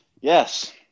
Yes